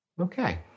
Okay